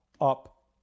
up